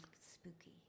Spooky